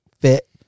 fit